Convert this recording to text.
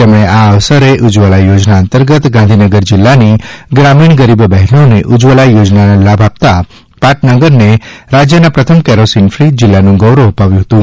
તેમણે આ અવસરે ઉજવલા યોજના અંતર્ગત ગાંધીનગર જિલ્લાની ગ્રામીણ ગરીબ બહેનોને ઉજવલા યોજનાના લાભ આપતાં પાટનગરને રાજ્યના પ્રથમ કેરોસીન ફ્રી જિલ્લાનું ગૌરવ અપાવ્યું હતું